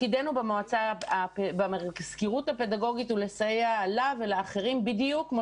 תפקידנו במזכירות הפדגוגית הוא לסייע לה ולאחרים בדיוק כמו